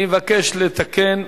אני מבקש לתקן.